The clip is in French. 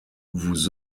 vous